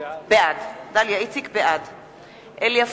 בעד אלי אפללו,